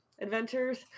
Adventures